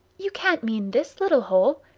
you can't mean this little hole!